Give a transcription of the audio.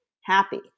Happy